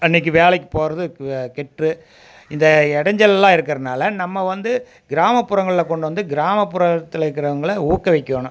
அன்னைக்கி வேலைக்கு போகுறது கே கெட்டுரும் இந்த இடஞ்சல்லாம் இருக்கறதனால நம்ம வந்து கிராமப்புறங்கள்ல கொண்டு வந்து கிராமப்புறத்தில் இக்கறவங்கள ஊக்குவிக்கணும்